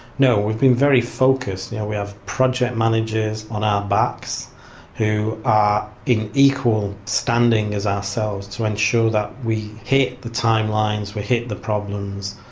no we've been very focused know we have project managers on our backs who are in equal standing as ourselves to ensure that we hit the time-lines, we hit the problems,